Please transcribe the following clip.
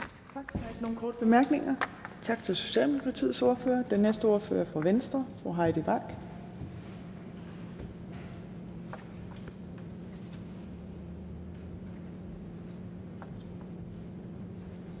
ikke nogen korte bemærkninger. Tak til Socialdemokratiets ordfører. Den næste ordfører er fru Heidi Bank